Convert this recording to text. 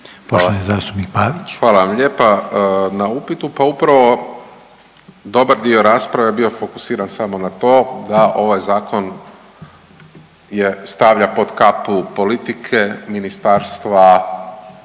**Pavić, Marko (HDZ)** Hvala vam lijepa na upitu, pa upravo dobar dio rasprave je bio fokusiran samo na to da ovaj zakon stavlja pod kapu politike, ministarstva,